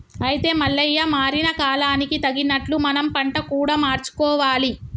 అయితే మల్లయ్య మారిన కాలానికి తగినట్లు మనం పంట కూడా మార్చుకోవాలి